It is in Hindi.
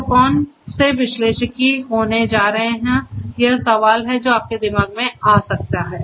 तो कौन से विश्लेषिकी होने जा रहे हैं यह एक सवाल है जो आपके दिमाग में आ सकता है